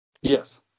Yes